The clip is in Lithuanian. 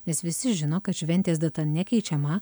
nes visi žino kad šventės data nekeičiama